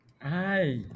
Hi